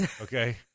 Okay